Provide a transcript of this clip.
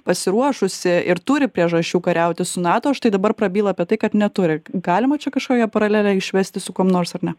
pasiruošusi ir turi priežasčių kariauti su nato štai dabar prabyla apie tai kad neturi galima čia kažkokią paralelę išvesti su kuom nors ar ne